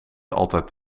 altijd